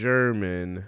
German